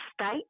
state